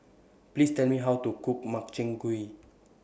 Please Tell Me How to Cook Makchang Gui